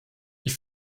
ich